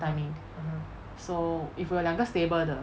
timing so if 我有两个 stable 的